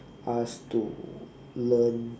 us to learn